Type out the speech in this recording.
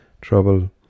trouble